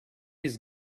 his